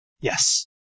Yes